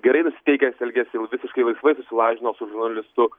gerai nusiteikęs elgiasi jau visiškai laisvai susilažino su žurnalistu